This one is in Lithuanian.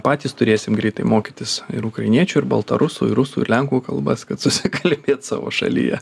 patys turėsim greitai mokytis ir ukrainiečių ir baltarusųir rusų ir lenkų kalbas kad susikalbėt savo šalyje